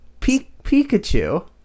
Pikachu